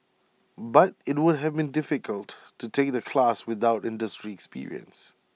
but IT would have been difficult to take the class without industry experience